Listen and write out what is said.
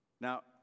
Now